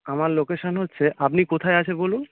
আমার লোকেশান হচ্ছে আপনি কোথায় আছে বলুন